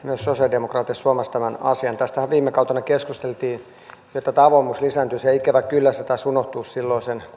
sosialidemokraateista huomasi tämän asian tästähän viime kautena keskusteltiin että tämä avoimuus lisääntyisi ja ikävä kyllä tämä asia taisi unohtua silloin sen